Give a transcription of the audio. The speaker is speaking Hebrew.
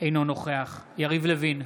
אינו נוכח יריב לוין,